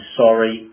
sorry